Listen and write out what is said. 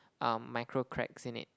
um micro cracks in it